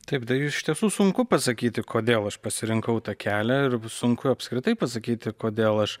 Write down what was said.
taip dar iš tiesų sunku pasakyti kodėl aš pasirinkau tą kelią ir sunku apskritai pasakyti kodėl aš